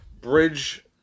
Bridge